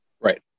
Right